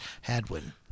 Hadwin